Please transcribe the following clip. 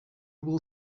will